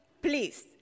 Please